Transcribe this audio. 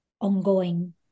ongoing